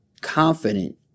confident